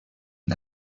n’a